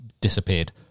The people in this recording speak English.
disappeared